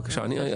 בבקשה.